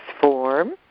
form